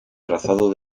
trazado